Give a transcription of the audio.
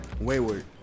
Wayward